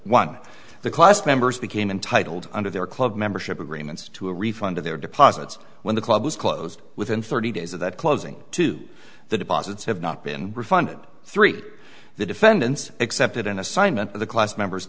of the class members became untitled under their club membership agreements to a refund of their deposits when the club was closed within thirty days of that closing to the deposits have not been refunded three the defendants accepted an assignment the class members